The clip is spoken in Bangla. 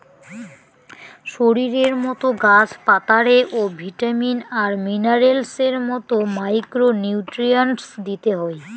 শরীরের মতো গাছ পাতারে ও ভিটামিন আর মিনারেলস এর মতো মাইক্রো নিউট্রিয়েন্টস দিতে হই